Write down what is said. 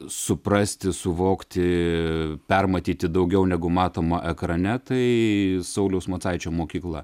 suprasti suvokti permatyti daugiau negu matoma ekrane tai sauliaus macaičio mokykla